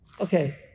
Okay